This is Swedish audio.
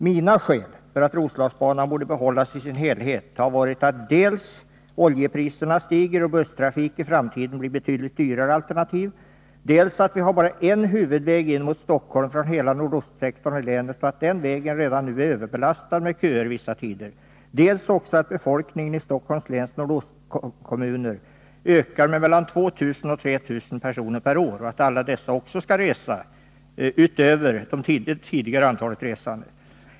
Mina skäl för att Roslagsbanan borde behållas i sin helhet har varit dels att oljepriserna stiger och att busstrafiken i framtiden blir ett betydligt dyrare alternativ, dels att vi har bara en huvudväg in mot Stockholm från hela nordostsektorn i länet och att den vägen redan nu är överbelastad med köer vissa tider, dels också att befolkningen i Stockholms läns nordostkommuner ökar med mellan 2 000 och 3 000 personer per år och att även alla dessa skall resa, utöver det tidigare antalet resande.